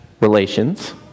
relations